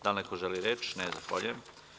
Da li neko želi reč? (Ne) Zahvaljujem.